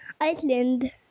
Iceland